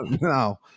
no